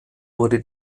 wurde